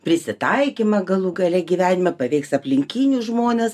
prisitaikymą galų gale gyvenime paveiks aplinkinius žmones